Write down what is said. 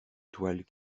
toile